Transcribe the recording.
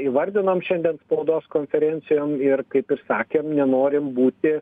įvardinom šiandien spaudos konferencijom ir kaip ir sakėm nenorim būti